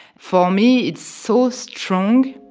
for me, it's so strong,